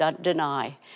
deny